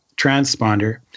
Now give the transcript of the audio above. transponder